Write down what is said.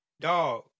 Dog